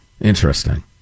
Interesting